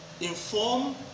inform